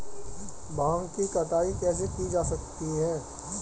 भांग की कटाई कैसे की जा सकती है?